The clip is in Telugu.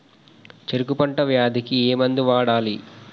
చెరుకు పంట వ్యాధి కి ఏ మందు వాడాలి?